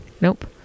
Nope